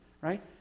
right